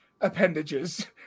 appendages